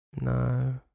No